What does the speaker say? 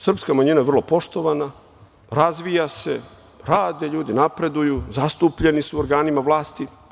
Srpska manjina je vrlo poštovana, razvija se, rade ljudi, napreduju, zastupljeni su u organima vlasti.